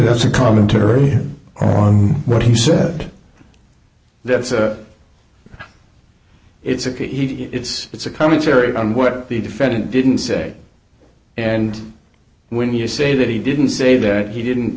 that's a commentary on what he said that it's a he it's it's a commentary on what the defendant didn't say and when you say that he didn't say that he didn't